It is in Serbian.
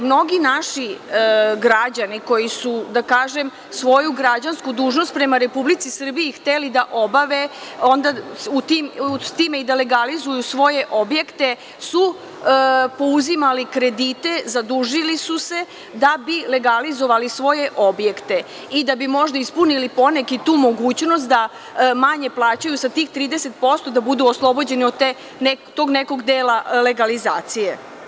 Mnogi naši građani koji su, da kažem, svoju građansku dužnost prema Republici Srbiji hteli da obave s tim da legalizuju svoje objekte su pouzimali kredite, zadužili su se da bi legalizovali svoje objekte i da bi možda ispunili poneki tu mogućnost da manje plaćaju sa tih 30%, da budu oslobođeni od tog nekog dela legalizacije.